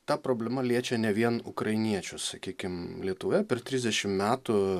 ta problema liečia ne vien ukrainiečius sakykim lietuvoje per trisdešim metų